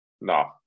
No